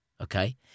Okay